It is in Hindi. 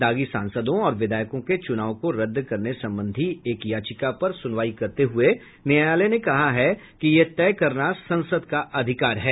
दागी सांसदों और विधायकों के चुनाव को रद्द करने संबंधी एक याचिका पर सुनवाई करते हुए न्यायालय ने कहा है कि यह तय करना संसद का अधिकार है